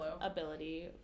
ability